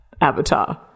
avatar